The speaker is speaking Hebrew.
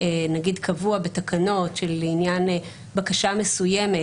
נגיד קבוע בתקנות שלעניין בקשה מסוימת